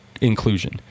inclusion